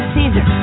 Caesar